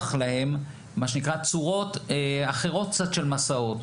להם מה שנקרא צורות אחרות קצת של מסעות,